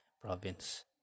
province